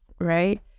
right